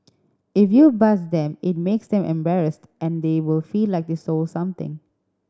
if you buzz them it makes them embarrassed and they will feel like they stole something